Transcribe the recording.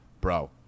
bro